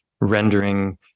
rendering